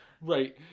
Right